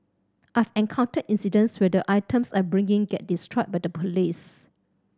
I've encountered incidents where the items I bring in get destroyed by the police